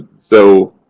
so,